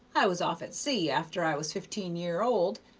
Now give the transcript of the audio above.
i was off at sea after i was fifteen year old,